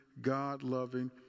God-loving